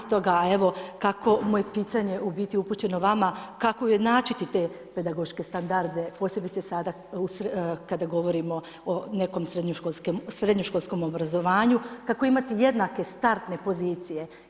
Stoga evo kako je moje pitanje u biti upućeno vama, kako ujednačiti te pedagoške standarde posebice sada kada govorimo o nekom srednje školskom obrazovanju, kako imati jednake startne pozicije.